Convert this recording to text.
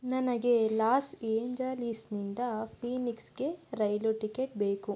ನನಗೆ ಲಾಸ್ ಏಂಜಲೀಸ್ನಿಂದ ಫೀನಿಕ್ಸ್ಗೆ ರೈಲು ಟಿಕೆಟ್ ಬೇಕು